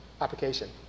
application